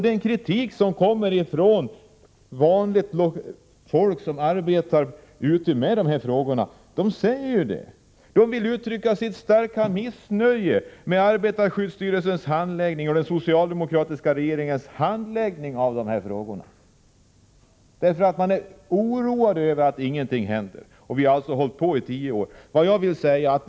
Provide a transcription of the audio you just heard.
Den kritik som kommer från vanligt folk som arbetar med dessa frågor innebär att man uttrycker sitt starka missnöje med arbetarskyddsstyrelsens och den socialdemokratiska regeringens handläggning av de här frågorna. Man är oroad över att ingenting hänt efter tio års arbete med dessa frågor.